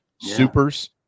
Supers